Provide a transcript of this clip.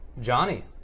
Johnny